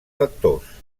factors